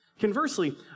Conversely